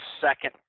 second